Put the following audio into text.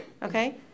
Okay